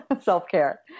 Self-care